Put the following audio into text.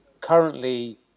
currently